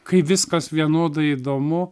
kai viskas vienodai įdomu